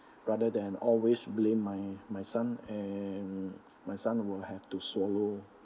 rather than always blame my my son and my son will have to swallow